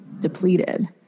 depleted